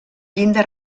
llinda